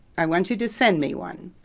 i want you to send me one.